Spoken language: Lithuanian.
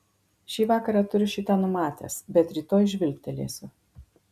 šį vakarą turiu šį tą numatęs bet rytoj žvilgtelėsiu